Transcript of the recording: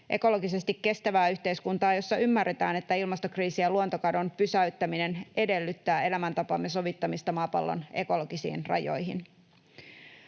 ekologisesti kestävää yhteiskuntaa, jossa ymmärretään, että ilmastokriisin ja luontokadon pysäyttäminen edellyttää elämäntapamme sovittamista maapallon ekologisiin rajoihin.